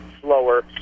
slower